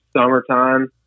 summertime